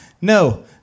no